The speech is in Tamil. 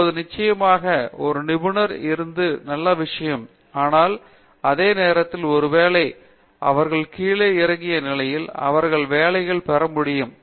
இப்போது நிச்சயமாக ஒரு நிபுணர் இருப்பது நல்ல விஷயம் ஆனால் அதே நேரத்தில் ஒருவேளை அவர்கள் கீழே குறுகிய நிலையில் அவர்கள் வேலைகள் பெற முடியும்